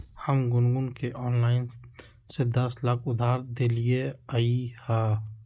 हम गुनगुण के ऑनलाइन से दस लाख उधार देलिअई ह